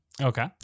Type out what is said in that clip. Okay